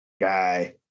guy